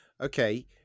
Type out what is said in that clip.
Okay